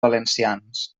valencians